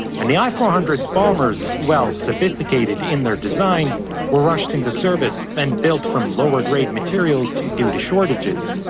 and the i four hundred s bombers, while sophisticated in their design were rushed into service and built from lower grade materials due to shortages.